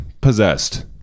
Possessed